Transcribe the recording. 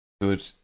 good